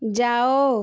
ଯାଅ